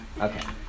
Okay